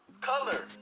color